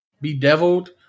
Bedeviled